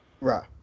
Right